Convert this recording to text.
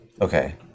Okay